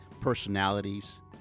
personalities